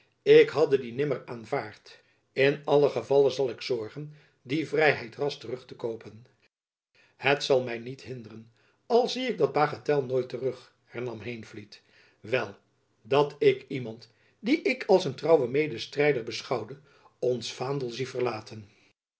ik hadde die nimmer aanvaard in allen gevalle zal ik zorgen die vrijheid ras terug te koopen het zal my niet hinderen al zie ik dat bagatel nooit terug hernam heenvliet wel dat ik iemand dien ik als een trouwen medestrijder beschouwde ons vaandel zie verlaten